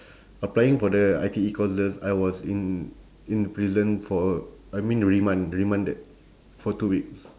applying for the I_T_E courses I was in in the prison for I mean remand~ remanded for two weeks